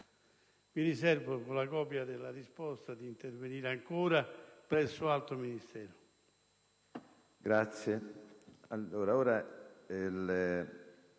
Mi riservo, con la copia della risposta, di intervenire ancora presso altro Ministero.